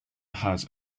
has